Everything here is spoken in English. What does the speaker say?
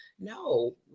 No